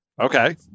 Okay